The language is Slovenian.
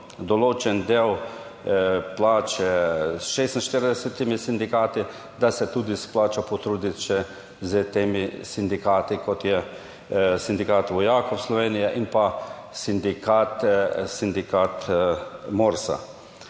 določen del plače s 46. sindikati, da se tudi splača potruditi še s temi sindikati, kot je Sindikat vojakov Slovenije in pa Sindikat MORS.